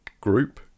group